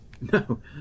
No